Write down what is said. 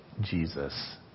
Jesus